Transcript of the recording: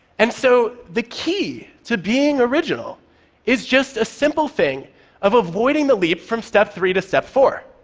and so the key to being original is just a simple thing of avoiding the leap from step three to step four.